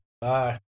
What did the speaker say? Bye